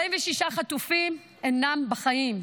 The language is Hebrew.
46 חטופים אינם בחיים,